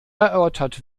erörtert